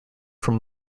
from